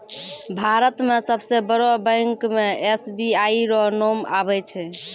भारत मे सबसे बड़ो बैंक मे एस.बी.आई रो नाम आबै छै